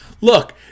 Look